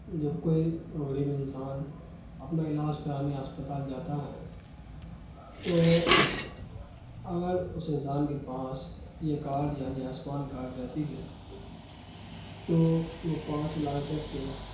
جب کوئی غریب انسان اپنا علاج کرانے اسپتال جاتا ہے تو اگر اس انسان کے پاس یہ کارڈ یعنی آیوسمان کارڈ رہتی ہے تو وہ پانچ لاکھ تک کے